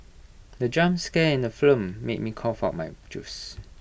the jump scare in the film made me cough out my juice